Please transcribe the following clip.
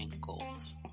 goals